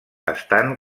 estan